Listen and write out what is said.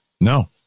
No